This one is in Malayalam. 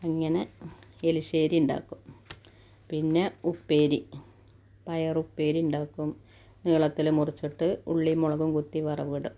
അങ്ങനെ എലിശ്ശേരീണ്ടാക്കും പിന്നെ ഉപ്പേരി പയറുപ്പേരിയുണ്ടാക്കും നീളത്തിൽ മുറിച്ചിട്ട് ഉള്ളീം മുളകും കുത്തി വറവിടും